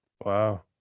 Wow